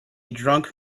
drunk